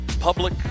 Public